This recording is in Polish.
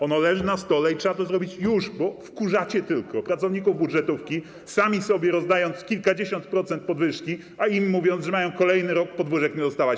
Ono leży na stole i trzeba to zrobić już, bo wkurzacie tylko pracowników budżetówki, sami sobie przyznając kilkadziesiąt procent podwyżki, a im mówiąc, że mają kolejny rok podwyżek nie dostawać.